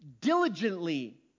diligently